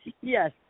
Yes